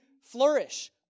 flourish